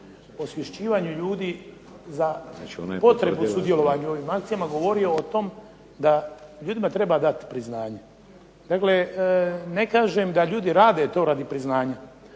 osvješćivanje ljudi za potrebu u sudjelovanju u ovim akcijama, govorio o tom da ljudima treba dati priznanje. Dakle, ne kažem da ljudi rade to radi priznanja,